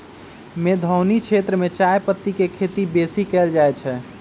मेघौनी क्षेत्र में चायपत्ति के खेती बेशी कएल जाए छै